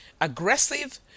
aggressive